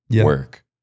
work